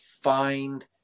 find